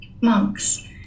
Monks